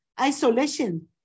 isolation